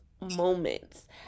moments